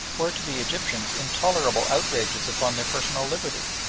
were to the egyptians intolerable outrages upon their personal liberty,